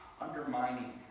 undermining